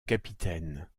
capitaine